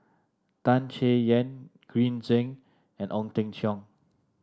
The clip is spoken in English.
Tan Chay Yan Green Zeng and Ong Teng Cheong